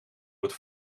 wordt